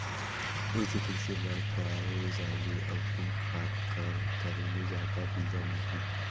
उरीद के कइसे लगाय जाले अउ कोन खाद कर करेले जादा बीजा मिलही?